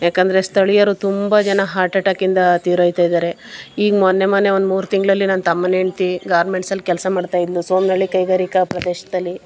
ಯಾಕಂದರೆ ಸ್ಥಳೀಯರು ತುಂಬ ಜನ ಹಾರ್ಟ್ ಅಟ್ಯಾಕಿಂದ ತೀರಿ ಹೋಗ್ತಾ ಇದ್ದಾರೆ ಈಗ ಮೊನ್ನೆ ಮೊನ್ನೆ ಒಂದು ಮೂರು ತಿಂಗಳಲ್ಲಿ ನನ್ನ ತಮ್ಮನ ಹೆಂಡ್ತಿ ಗಾರ್ಮೆಂಟ್ಸ್ ಅಲ್ಲಿ ಕೆಲಸ ಮಾಡ್ತಾಯಿದ್ಲು ಸೋಮನಳ್ಳಿ ಕೈಗಾರಿಕಾ ಪ್ರದೇಶದಲ್ಲಿ